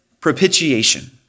propitiation